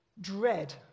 dread